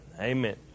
Amen